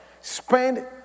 spend